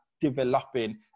developing